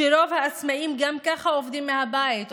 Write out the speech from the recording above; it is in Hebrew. שרוב העצמאים גם ככה עובדים מהבית,